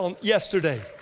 yesterday